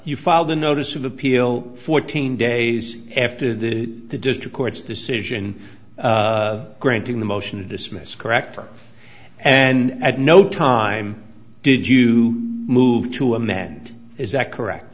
you filed a notice of appeal fourteen days after the district court's decision granting the motion to dismiss correct and at no time did you move to amend is that correct